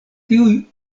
tiuj